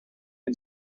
and